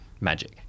Magic